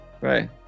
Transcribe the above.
Right